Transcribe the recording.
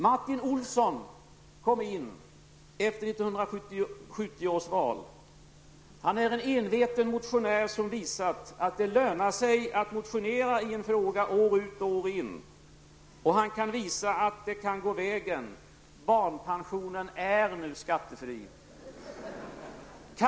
Martin Olsson kom in efter 1970 års val. Han är en enveten motionär, som visat att det lönar sig att motionera i en fråga år ut och år in. Och han kan visa att det kan gå vägen; barnpensionen är nu skattefri.